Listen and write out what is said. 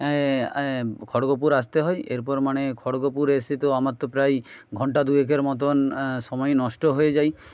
খড়গপুর আসতে হয় এরপর মানে খড়গপুর এসে তো আমার তো প্রায়ই ঘন্টা দুয়েকের মতন সময় নষ্ট হয়ে যায়